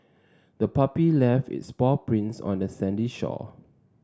the puppy left its paw prints on the sandy shore